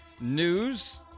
news